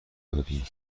دادیم